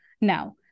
now